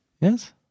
Yes